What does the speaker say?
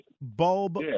Bulb